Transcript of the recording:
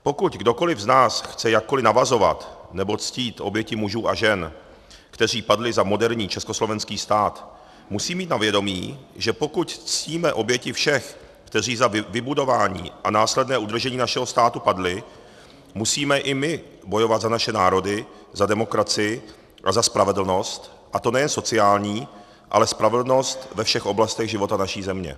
Pokud kdokoliv z nás chce jakkoliv navazovat nebo ctít oběti mužů a žen, kteří padli za moderní československý stát, musí mít na vědomí, že pokud ctíme oběti všech, kteří za vybudování a následné udržení našeho státu padli, musíme i my bojovat za naše národy, za demokracii a za spravedlnost, a to nejen sociální, ale spravedlnost ve všech oblastech života naší země.